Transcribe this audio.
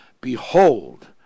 behold